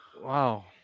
Wow